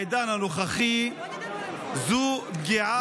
הגבלה בחשבון בנק בעידן הנוכחי זו פגיעה קשה.